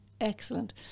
excellent